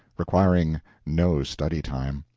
requiring no study-time.